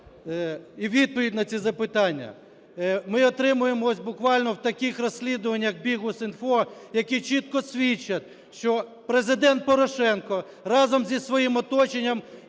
І відповідь на ці запитання ми отримуємо ось буквально в таких розслідуваннях, якBihus.info, які чітко свідчать, що Президент Порошенко разом із своїм оточенням